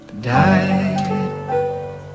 died